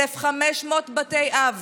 1,500 בתי אב,